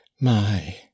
My